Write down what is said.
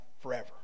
forever